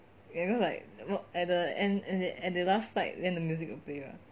ya because like at the end and the last night then the music player